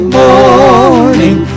morning